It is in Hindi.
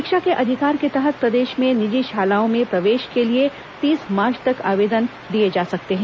शिक्षा के अधिकार के तहत प्रदेश में निजी शालाओं में प्रवेश के लिए तीस मार्च तक आवेदन दिए जा सकते हैं